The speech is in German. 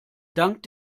dank